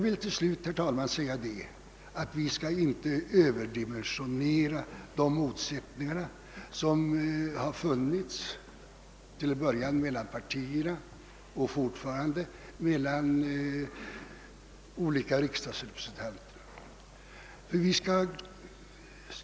Till slut vill jag säga att vi inte skall överdimensionera de «motsättningar som funnits till att börja med melian partierna och som fortfarande finns mellan enskilda riksdagsrepresentanter.